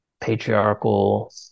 patriarchal